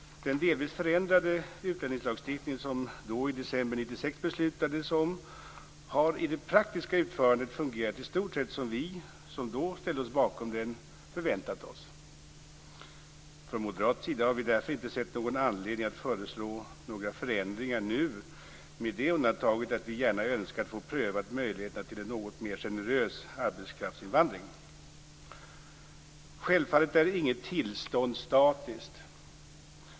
Den delvis förändrade utlänningslagstiftningen som det beslutades om i december 1996 har i det praktiska utförandet fungerat i stort som vi, som då ställde oss bakom den, förväntat oss. Från moderat sida har vi därför inte sett någon anledning att föreslå några förändringar nu med det undantaget att vi gärna önskar att få prövat möjligheterna till en något mer generös arbetskraftsinvandring. Självfallet är inget tillstånd statiskt.